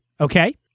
Okay